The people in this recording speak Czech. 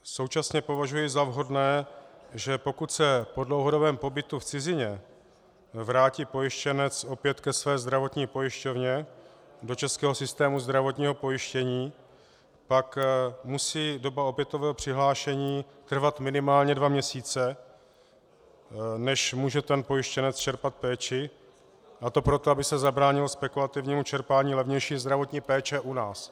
Současně považuji za vhodné, že pokud se po dlouhodobém pobytu v cizině vrátí pojištěnec opět ke své zdravotní pojišťovně do českého systému zdravotního pojištění, pak musí doba opětovného přihlášení trvat minimálně dva měsíce, než může pojištěnec čerpat péči, a to proto, aby se zabránilo spekulativnímu čerpání levnější zdravotní péče u nás.